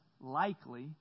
likely